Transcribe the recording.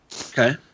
Okay